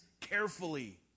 carefully